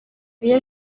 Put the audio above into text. iyo